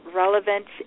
relevant